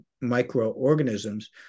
microorganisms